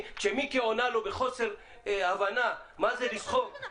כשמיקי עונה לו בחוסר הבנה מה זה לסחוב -- מה זה בחוסר הבנה?